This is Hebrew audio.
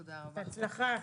בהצלחה.